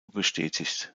bestätigt